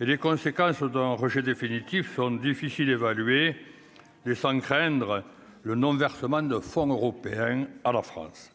et les conséquences d'un rejet définitif on difficile évaluer, laissant craindre le nom versement de fonds européens à la France